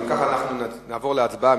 אז אם ככה, אנחנו נעבור להצבעה.